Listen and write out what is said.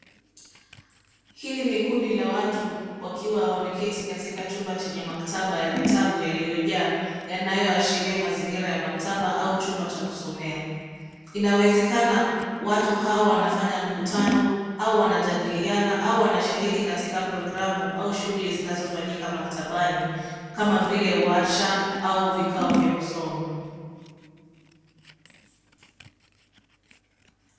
Hili ni kundi la watu wakiwa wameketi katika chumba chenye maktaba ya vitabu yaliyojaa yanayoashiria mazingira ya maktaba au chumba cha kusomea. Inawezekana watu hawa wanafanya mkutano au wanajadiliana au wanashiriki katika programu au shughuli zinazofanyika maktabani kama vile warsha au vikao vya kusoma.